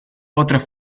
otras